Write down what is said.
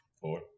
four